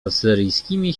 asyryjskimi